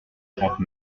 trente